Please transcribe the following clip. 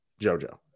JoJo